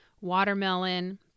watermelon